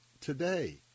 today